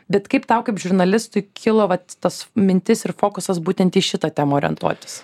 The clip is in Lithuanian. bet kaip tau kaip žurnalistui kilo vat tas mintis ir fokusas būtent į šitą temą orientuotis